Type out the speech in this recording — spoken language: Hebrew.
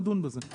נדון בזה,